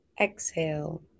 Exhale